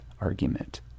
argument